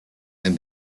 and